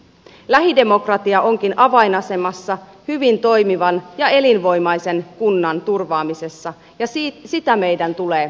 lähidemokratia onkin avainasemassa hyvin toimivan ja elinvoimaisen kunnan turvaamisessa ja sitä meidän tulee kehittää